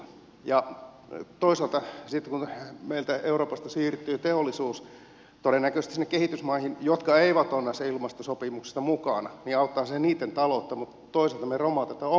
ja toisaalta sitten kun meiltä euroopasta siirtyy teollisuus todennäköisesti sinne kehitysmaihin jotka eivät ole näissä ilmastosopimuksissa mukana niin auttaahan se niitten taloutta mutta toisaalta me romautamme oman taloutemme